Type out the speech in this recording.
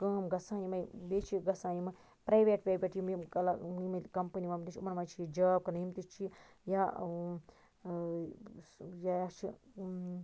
کٲم گَژھان یِمے بیٚیہِ چھُ گَژھان یِم پرایویٹ وایویٹ یِم یِم کَلا یِم ییٚتہِ کمپنی وَمپنی چھِ یِمَن مَنٛز چھ یہِ جاب کَران یِم تہِ چھِ یا سُہ یا چھُ